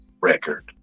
record